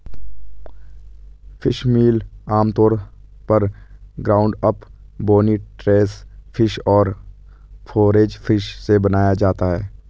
fishmeal आमतौर पर ground up, bony trash fish और फोरेज फिश से बनाया जाता है